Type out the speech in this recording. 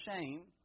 shame